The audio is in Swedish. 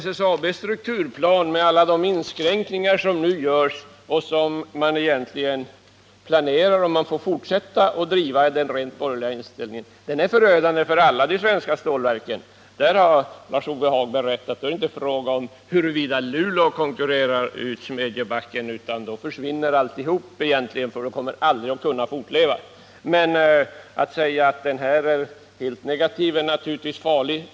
SSAB:s strukturplan med alla de inskränkningar som nu görs och som man planerar att göra om man får fortsätta att driva den rent borgerliga inställningen är förödande för alla svenska stålverk, det har Lars-Ove Hagberg rätt i. Då är det inte fråga om huruvida Luleå konkurrerar ut Smedjebacken, utan då försvinner egentligen alltihop — det kommer aldrig att kunna fortleva. Men att säga att strukturplanen är helt negativ är naturligtvis farligt.